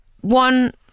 one